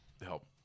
help